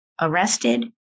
arrested